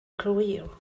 career